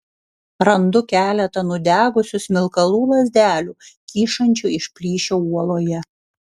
randu keletą nudegusių smilkalų lazdelių kyšančių iš plyšio uoloje